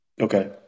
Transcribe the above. Okay